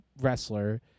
wrestler